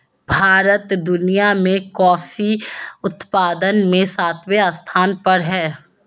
भारत दुनिया में कॉफी उत्पादन में सातवें स्थान पर है